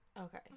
okay